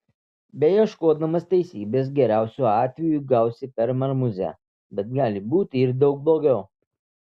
beieškodamas teisybės geriausiu atveju gausi per marmuzę bet gali būti ir daug blogiau